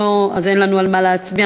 אז אין לנו על מה להצביע.